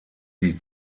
die